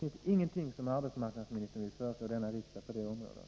Finns det ingenting som arbetsmarknadsministern vill föreslå denna riksdag på det området.